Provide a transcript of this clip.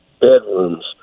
bedrooms